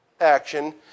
action